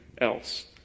else